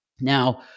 Now